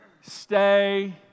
Stay